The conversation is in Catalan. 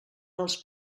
dels